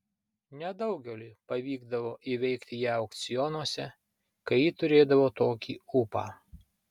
nedaugeliui pavykdavo įveikti ją aukcionuose kai ji turėdavo tokį ūpą